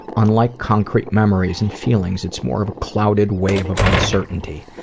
unlike concrete memories and feelings, it's more of a clouded wave of uncertainty.